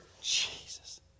Jesus